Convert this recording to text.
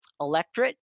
electorate